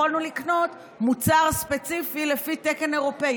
יכולנו לקנות מוצר ספציפי לפי תקן אירופי,